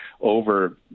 over